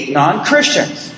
non-Christians